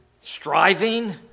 striving